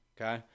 Okay